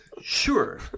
Sure